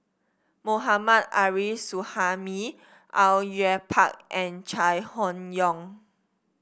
Mohammad Arif Suhaimi Au Yue Pak and Chai Hon Yoong